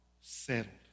settled